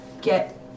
get